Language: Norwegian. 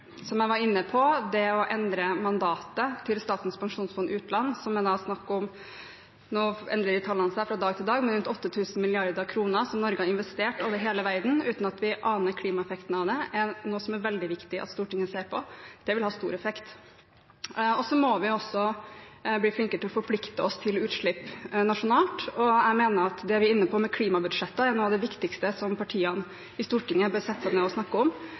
som jeg var inne på, at det å endre mandatet til Statens pensjonsfond utland som det er snakk om – nå endrer de tallene seg fra dag til dag, men rundt 8 000 mrd. kr har Norge investert over hele verden uten at vi aner klimaeffektene av det – er noe som er veldig viktig at Stortinget ser på. Det vil ha stor effekt. Så må vi også bli flinkere til å forplikte oss når det gjelder utslipp nasjonalt. Jeg mener at det vi er inne på om klimabudsjetter, er noe av det viktigste partiene i Stortinget bør sette seg ned og snakke om.